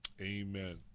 amen